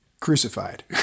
crucified